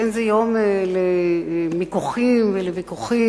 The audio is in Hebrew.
אין זה יום למיקוחים ולוויכוחים,